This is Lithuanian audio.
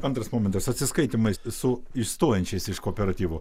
antras momentas atsiskaitymai su išstojančiais iš kooperatyvo